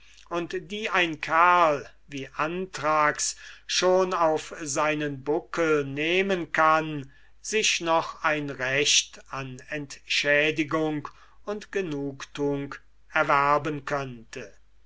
und die ein kerl wie anthrax schon auf seinen buckel nehmen kann sich noch ein recht an entschädigung und satisfaction erwerben könnte